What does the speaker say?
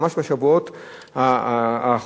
ממש בשבועות האחרונים,